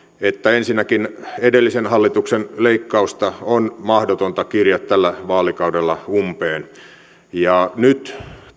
että ensinnäkin edellisen hallituksen leikkausta on mahdotonta kiriä tällä vaalikaudella umpeen nyt